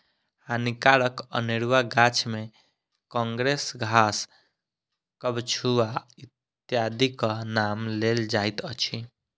हानिकारक अनेरुआ गाछ मे काँग्रेस घास, कबछुआ इत्यादिक नाम लेल जाइत अछि